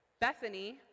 Bethany—